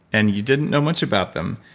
and you didn't know much about them,